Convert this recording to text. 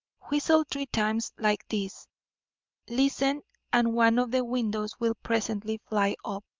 whistle three times like this listen and one of the windows will presently fly up.